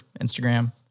Instagram